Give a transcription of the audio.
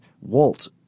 Walt